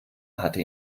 hatte